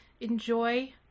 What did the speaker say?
enjoy